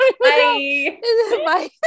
Bye